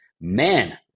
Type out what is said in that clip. man